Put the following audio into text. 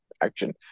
action